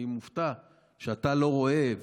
אני מופתע שאתה לא רואה,